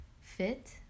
fit